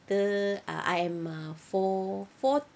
the I am err four four